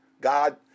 God